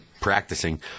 practicing